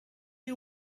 you